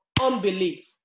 unbelief